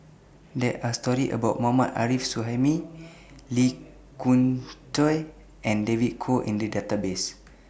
There Are stories about Mohammad Arif Suhaimi Lee Khoon Choy and David Kwo in The Database